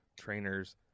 trainers